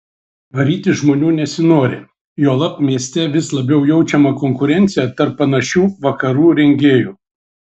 varyti žmonių nesinori juolab mieste vis labiau jaučiama konkurencija tarp panašių vakarų rengėjų